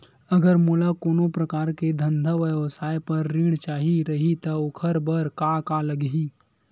अगर मोला कोनो प्रकार के धंधा व्यवसाय पर ऋण चाही रहि त ओखर बर का का लगही?